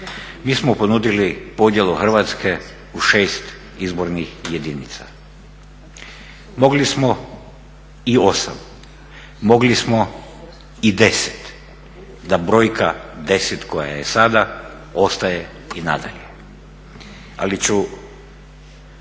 mi smo ponudili podjelu Hrvatske u 6 izbornih jedinica. Mogli smo i 8, mogli smo i 10, da brojka 10 koja je sada ostaje i nadalje. Ali ću